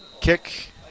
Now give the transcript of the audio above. kick